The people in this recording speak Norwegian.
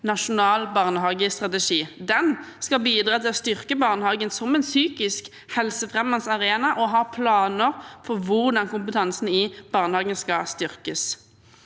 nasjonal barnehagestrategi. Den skal bidra til å styrke barnehagen som en psykisk helsefremmende arena og har planer for hvordan kompetansen i barnehagen skal styrkes.